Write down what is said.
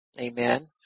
Amen